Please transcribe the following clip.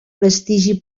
prestigi